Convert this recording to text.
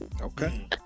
Okay